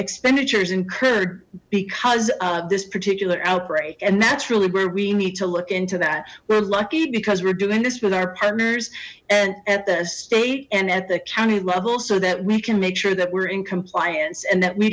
expenditures incurred because of this particular outbreak and that's really where we need to look into that we're lucky because we're doing this with our partners and at the state and at the county level so that we can make sure that we're in compliance and that we